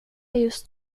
just